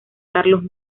carlos